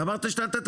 תסיים אירוע שהתחלת.